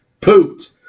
Pooped